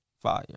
fire